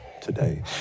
today